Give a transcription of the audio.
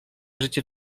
życie